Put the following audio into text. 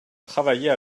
travailler